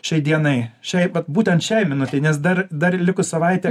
šiai dienai šiai vat būtent šiai minutei nes dar dar liko savaitė